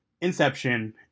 Inception